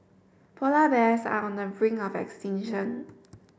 polar bears are on the brink of extinction